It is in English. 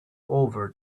over